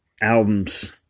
Albums